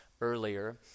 earlier